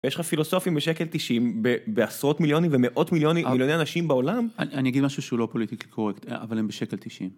ויש לך פילוסופים בשקל תשעים בעשרות מיליונים ומאות מיליונים, מיליוני אנשים בעולם. אני אגיד משהו שהוא לא פוליטי קורייקט, אבל הם בשקל תשעים.